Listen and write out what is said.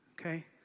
okay